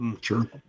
Sure